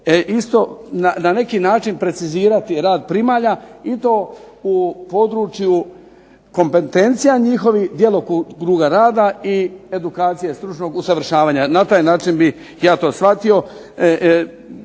isto na neki način precizirati rad primalja i to u području kompetencija njihovih, djelokruga rada i edukacije stručnog usavršavanja. Na taj način bih ja to shvatio,